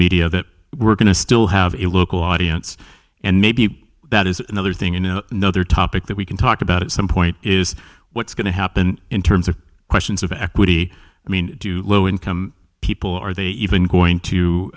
media that we're going to still have a local audience and maybe that is another thing in a nother topic that we can talk about at some point is what's going to happen in terms of questions of equity i mean to low income people are they even going to